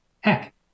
Heck